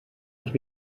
els